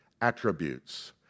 attributes